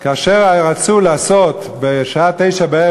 כאשר רצו לעשות בשעה 21:00,